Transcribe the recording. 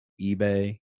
ebay